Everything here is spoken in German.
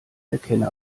erkenne